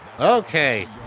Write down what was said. Okay